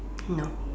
no